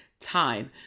Time